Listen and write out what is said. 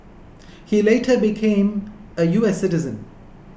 he later became a U S citizen